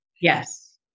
yes